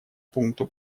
пункту